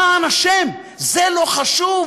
למען השם, זה לא חשוב?